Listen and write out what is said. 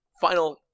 Final